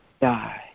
die